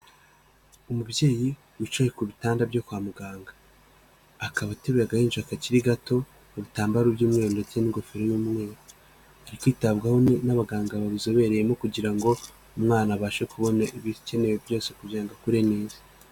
Umubyeyi wicaye ku bitanda byo kwa muganga akaba ateruye agahinja kakiri gato mu bitambaro by'umweru ndetse n'ingofero y'umweru, arikitabwaho n'abaganga babizobereyemo kugira ngo umwana abashe kubona ibikenewe byose kugira ngo akure neza.